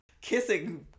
Kissing